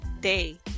day